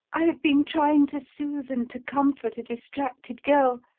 i have been trying to soothe and to comfort a distracted girl,